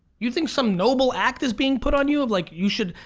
you think some noble act is being put on you. um like you should,